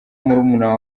murumuna